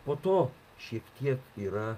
po to šiek tiek yra